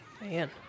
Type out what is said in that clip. Man